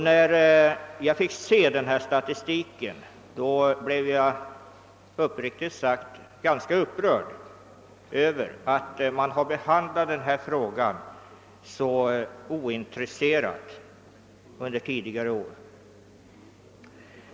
När jag tog del av denna statistik blev jag verkligen upprörd över att frågan behandlats på ett så ointresserat sätt under tidigare år.